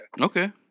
Okay